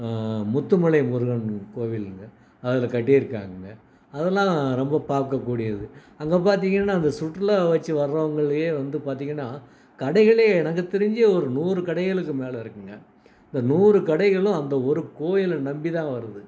முத்துமலை முருகன் கோவில்ங்க அதில் கட்டியிருக்காங்கங்க அதெல்லாம் ரொம்ப பார்க்கக்கூடியது அங்கே பார்த்தீங்கன்னா அந்த சுற்றுலா வச்சு வரவங்கள்லயே வந்து பார்த்தீங்கன்னா கடைகளே எனக்கு தெரிஞ்சு ஒரு நூறு கடைகளுக்கு மேலே இருக்குதுங்க இந்த நூறு கடைகளும் அந்த ஒரு கோயிலை நம்பிதான் வருது